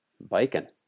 biking